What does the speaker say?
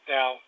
Now